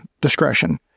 discretion